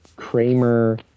Kramer